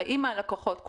הרי אם הלקוחות כולם,